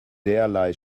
derlei